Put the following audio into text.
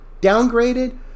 downgraded